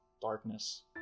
darkness